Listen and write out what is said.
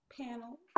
panel